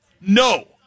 No